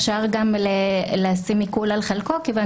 אפשר גם להטיל עיקול על חלקו מכיוון